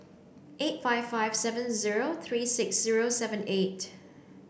eight five five seven zero three six zero seven eight